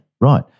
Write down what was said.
Right